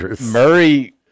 Murray